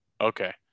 Okay